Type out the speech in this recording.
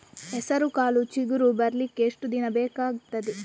ಹೆಸರುಕಾಳು ಚಿಗುರು ಬರ್ಲಿಕ್ಕೆ ಎಷ್ಟು ದಿನ ಬೇಕಗ್ತಾದೆ?